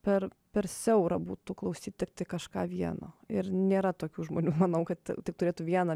per per siaura būtų klausyt tiktai kažką vieno ir nėra tokių žmonių manau kad tik turėtų vieną